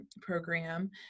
program